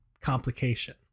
complication